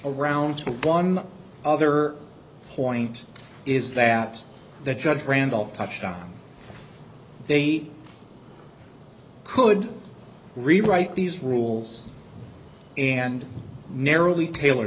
around to one other point is that that judge randolph touched on they could rewrite these rules and narrowly tailor